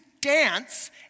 dance